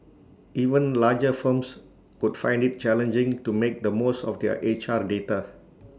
even larger firms could find IT challenging to make the most of their H R data